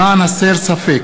למען הסר ספק,